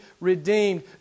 redeemed